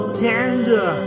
tender